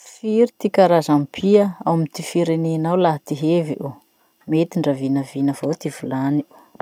Firy ty karazam-pia ao amy ty firenenao laha ty hevy o? Mety ndra vinavina avao ty volany o.